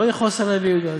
לא יכעוס עליהם וירגז,